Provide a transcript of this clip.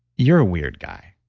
you're a weird guy.